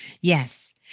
Yes